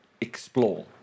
explore